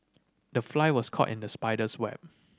the fly was caught in the spider's web